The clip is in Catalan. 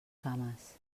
cames